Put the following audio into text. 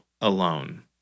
alone